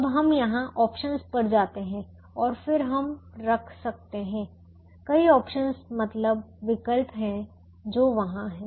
अब हम यहां ऑप्शंस पर जाते हैं और फिर हम रख सकते हैं कई ऑप्शंस मतलब विकल्प हैं जो वहां हैं